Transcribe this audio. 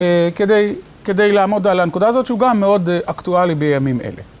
כדי כדי לעמוד על הנקודה הזאת שהוא גם מאוד אקטואלי בימים אלה.